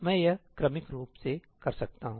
मैं यह क्रमिक रूप से कर सकता हूं